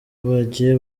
bagiye